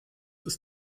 ist